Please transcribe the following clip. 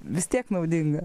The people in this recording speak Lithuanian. vis tiek naudinga